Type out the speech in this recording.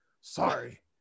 Sorry